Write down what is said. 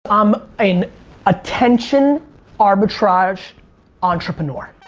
um an attention arbitrage entrepreneur.